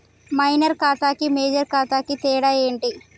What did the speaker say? Minor ఖాతా కి major ఖాతా కి తేడా ఏంటి?